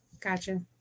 Gotcha